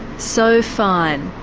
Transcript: so fine,